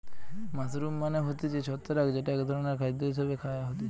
mushroom মানে হতিছে ছত্রাক যেটা এক ধরণের খাদ্য হিসেবে খায়া হতিছে